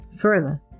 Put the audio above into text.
Further